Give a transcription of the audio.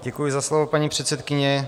Děkuji za slovo, paní předsedkyně.